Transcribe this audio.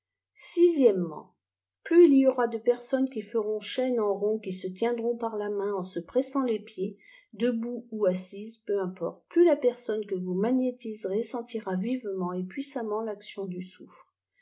plus il y aura de personne qui feront chaîne en rond qui se tien v ont par la nàin en se pressant les pieds debout ou assises peu importe plus la personne que vous magnétiserez sentira vivement et puissamment l'action du soufre